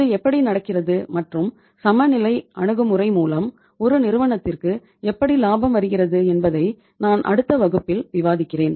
இது எப்படி நடக்கிறது மற்றும் சமநிலை அணுகுமுறை மூலம் ஒரு நிறுவனத்திற்கு எப்படி லாபம் வருகிறது என்பதை நான் அடுத்த வகுப்பில் விவாதிக்கிறேன்